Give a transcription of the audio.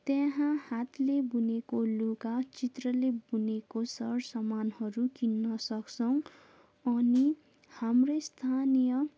त्यहाँ हातले बुनेको लुगा चित्रले बुनेको सर सामानहरू किन्न सक्छौँ अनि हाम्रो स्थानीय